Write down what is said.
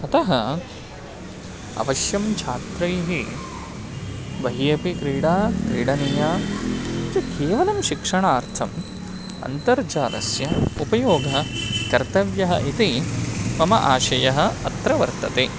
अतः अवश्यं छात्रैः बहिः अपि क्रीडा क्रीडनीया केवलं शिक्षणार्थम् अन्तर्जालस्य उपयोगः कर्तव्यः इति मम आशयः अत्र वर्तते